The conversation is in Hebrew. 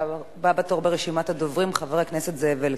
הבא בתור ברשימת הדוברים, חבר הכנסת זאב אלקין,